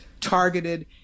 targeted